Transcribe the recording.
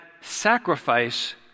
sacrifice